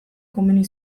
komeni